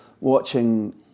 Watching